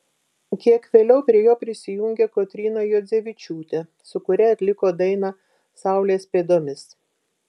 kiek vėliau prie jo prisijungė kotryna juodzevičiūtė su kuria atliko dainą saulės pėdomis